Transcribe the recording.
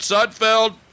Sudfeld